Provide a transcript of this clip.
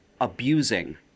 abusing